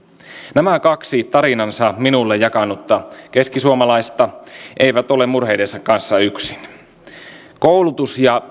nämä kaksi tarinansa minulle jakanutta keskisuomalaista eivät ole murheidensa kanssa yksin koulutus ja